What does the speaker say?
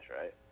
right